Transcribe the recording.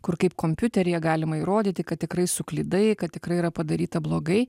kur kaip kompiuteryje galima įrodyti kad tikrai suklydai kad tikrai yra padaryta blogai